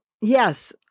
yes